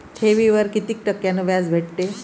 ठेवीवर कितीक टक्क्यान व्याज भेटते?